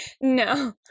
No